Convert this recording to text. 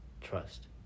Trust